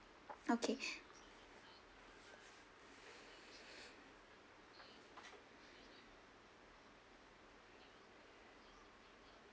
okay